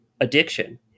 addiction